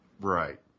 Right